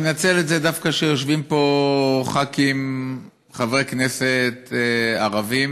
אני מנצל את זה דווקא כשיושבים פה חברי כנסת ערבים.